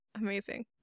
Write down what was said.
Amazing